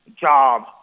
job